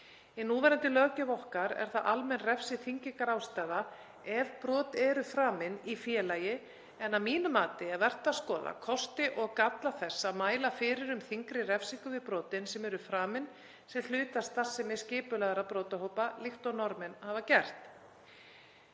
Í núverandi löggjöf okkar er það almenn refsiþyngingarástæða ef brot eru framin í félagi, en að mínu mati er vert að skoða kosti og galla þess að mæla fyrir um þyngri refsingu við brotum sem eru framin sem hluti af starfsemi skipulagðra brotahópa líkt og Norðmenn hafa gert.